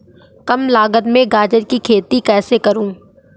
कम लागत में गाजर की खेती कैसे करूँ?